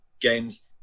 games